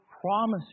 promise